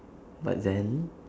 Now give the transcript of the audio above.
but then